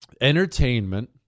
entertainment